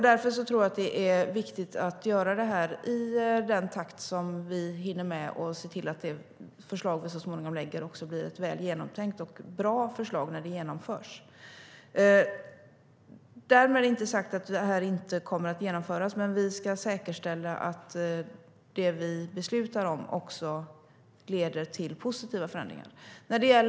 Därför är det viktigt att göra det i den takt vi hinner med och se till att det förslag som vi så småningom lägger fram också blir ett väl genomtänkt och bra förslag när det genomförs. Därmed är det inte sagt att det inte kommer att genomföras. Men vi ska säkerställa att det vi beslutar om leder till positiva förändringar.